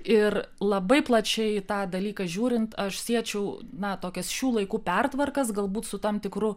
ir labai plačiai tą dalyką žiūrint aš siečiau na tokias šių laikų pertvarkas galbūt su tam tikru